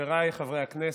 חבריי חברי הכנסת,